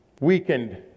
weakened